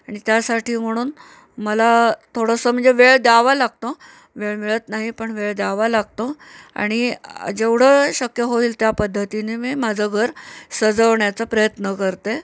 आणि त्यासाठी म्हणून मला थोडंसं म्हणजे वेळ द्यावा लागतो वेळ मिळत नाही पण वेळ द्यावा लागतो आणि जेवढं शक्य होईल त्या पद्धतीने मी माझं घर सजवण्याचा प्रयत्न करते